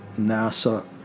NASA